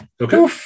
Okay